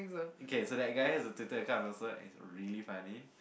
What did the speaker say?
okay so that guy has a Twitter account also and it's really funny